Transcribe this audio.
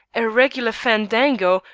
a regular fandango,